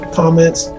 comments